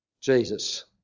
Jesus